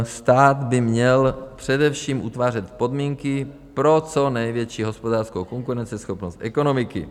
Stát by měl především utvářet podmínky pro co největší hospodářskou konkurenceschopnost ekonomiky.